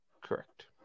Correct